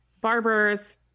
barbers